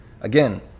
Again